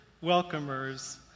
welcomers